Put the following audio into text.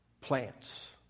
plants